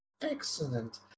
Excellent